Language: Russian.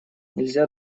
нельзя